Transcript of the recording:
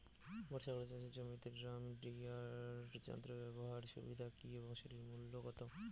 বর্ষাকালে চাষের জমিতে ড্রাম সিডার যন্ত্র ব্যবহারের সুবিধা কী এবং সেটির মূল্য কত?